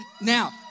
now